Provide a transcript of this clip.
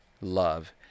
love